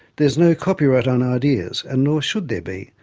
there's no copyright on ideas, and nor should they be,